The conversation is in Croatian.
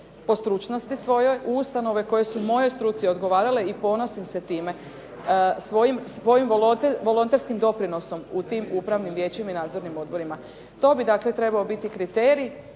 po stručnosti svojoj, u ustanove koje su mojoj struci odgovarale i ponosim se time svojim volonterskim doprinosom u tim upravnim vijećima i nadzornim odborima. To bi trebao biti kriterij